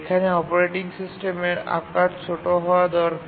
এখানে অপারেটিং সিস্টেমের আকার ছোট হওয়া দরকার